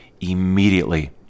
immediately